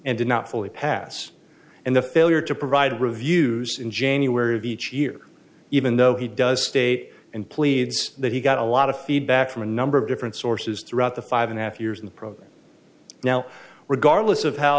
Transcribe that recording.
and did not fully pass and the failure to provide reviews in january of each year even though he does state and pleads that he got a lot of feedback from a number of different sources throughout the five and a half years in the program now regardless of how